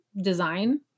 design